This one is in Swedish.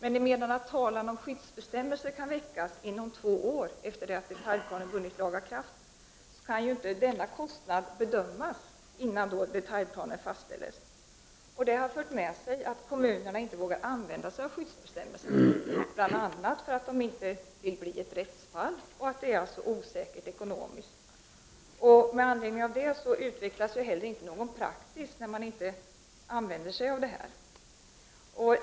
Eftersom talan om ersättning på grund av skyddsbestämmelser kan väckas upp till två år efter det att planen har vunnit laga kraft, kan ju inte kostnaden beräknas innan detaljplanen har blivit fastställd. Det har fört med sig att kommunerna inte vågar använda skyddsbestämmelserna, bl.a. för att det inte skall uppkomma rättsfall och för att det är osäkert ekonomiskt. När man inte använder skyddsbestämmelserna utvecklas alltså inte heller någon praxis.